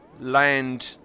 land